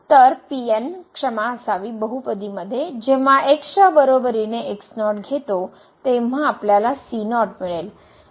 तर क्षमा असावी बहुपदिमध्ये जेंव्हा x च्या बरोबरीने x0 घेतो तेव्हा आपल्याला c0 मिळेल